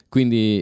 Quindi